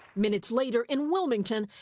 minutes later in wilmington,